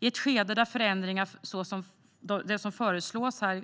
I ett skede där förändringar, såsom